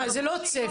אז זה לא צפי,